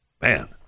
Man